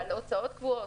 אבל הוצאות קבועות,